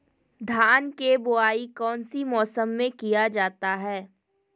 धान के बोआई कौन सी मौसम में किया जाता है?